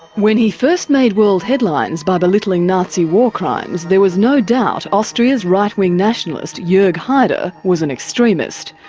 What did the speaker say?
when he first made world headlines by belittling nazi war crimes, there was no doubt austria's right-wing nationalist yeah jorg haider was an extremist.